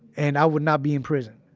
and i would not be in prison.